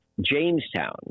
Jamestown